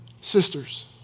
Sisters